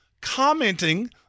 commenting